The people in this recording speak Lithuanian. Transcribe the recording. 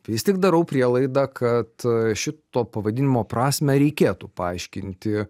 vis tik darau prielaidą kad šito pavadinimo prasmę reikėtų paaiškinti